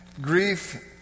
Grief